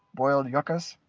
boiled yucas,